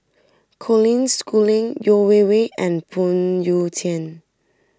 Colin Schooling Yeo Wei Wei and Phoon Yew Tien